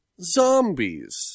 zombies